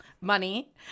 money